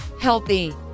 healthy